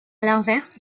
l’inverse